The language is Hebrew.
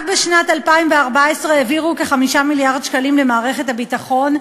רק בשנת 2014 העבירו כ-5 מיליארד שקלים למערכת הביטחון,